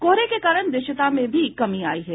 कोहरे के कारण दृश्यता में भी कमी आयी है